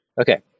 Okay